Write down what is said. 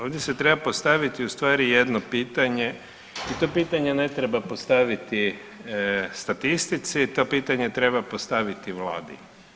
Ovdje se treba postaviti u stvari jedno pitanje i to pitanje ne treba postaviti statistici, to pitanje treba postaviti vladi.